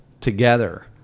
together